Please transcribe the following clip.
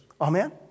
Amen